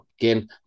again